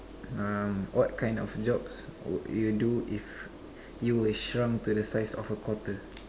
um what kind of jobs would you do if you were shrunk to the size of a quarter